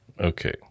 Okay